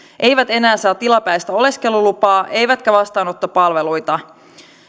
eivät enää saa tilapäistä oleskelulupaa eivätkä vastaanottopalveluita